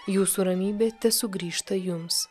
jūsų ramybė tesugrįžta jums